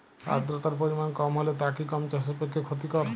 আর্দতার পরিমাণ কম হলে তা কি গম চাষের পক্ষে ক্ষতিকর?